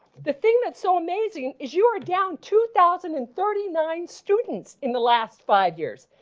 the thing that's so amazing is you are down two thousand and thirty nine students in the last five years.